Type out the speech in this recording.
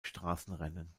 straßenrennen